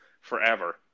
forever